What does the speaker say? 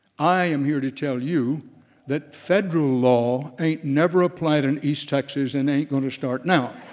i am here to tell you that federal law ain't never applied in east texas and ain't gonna start now.